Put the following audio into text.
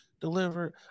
delivered